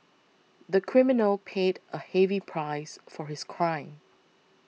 the criminal paid a heavy price for his crime